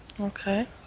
Okay